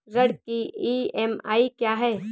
ऋण की ई.एम.आई क्या है?